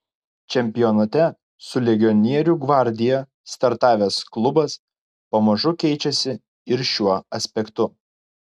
čempionate su legionierių gvardija startavęs klubas pamažu keičiasi ir šiuo aspektu